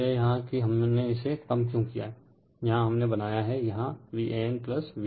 तो यह यहाँ हैं कि हमने इसे कम क्यों किया हैं यहाँ हमने बनाया है यहाँ Van Vnb